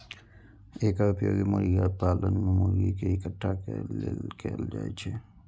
एकर उपयोग मुर्गी पालन मे मुर्गी कें इकट्ठा करै लेल कैल जाइ छै